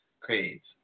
creates